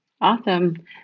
Awesome